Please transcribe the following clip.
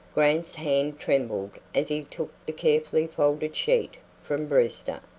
grant's hand trembled as he took the carefully folded sheet from brewster.